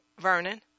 Vernon